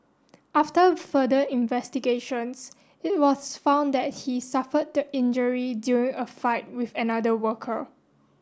after further investigations it was found that he suffered the injury during a fight with another worker